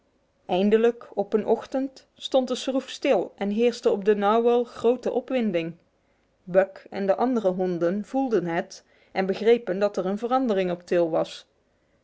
eindelijk op een ochtend stond de schroef stil en heerste op de narwhal grote opwinding buck en de andere honden voelden het en begrepen dat er een verandering op til was